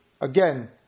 again